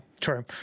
True